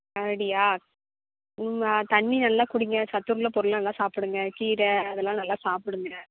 அப்படியா தண்ணிர் நல்லா குடிங்க சத்து உள்ள பொருளாக நல்லா சாப்பிடுங்க கீரை அதெலாம் நல்லா சாப்பிடுங்க